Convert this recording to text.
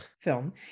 film